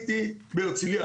בהרצליה,